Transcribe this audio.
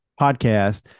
podcast